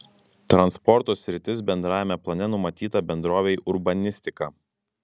transporto sritis bendrajame plane numatyta bendrovei urbanistika